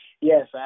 Yes